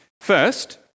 First